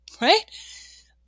right